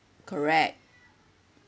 correct